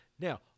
Now